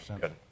good